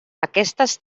aquestes